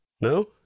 No